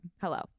Hello